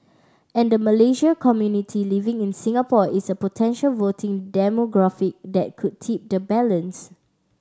and the Malaysian community living in Singapore is a potential voting demographic that could tip the balance